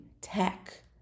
tech